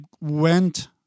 went